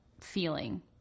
feeling